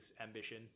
ambition